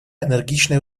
энергичные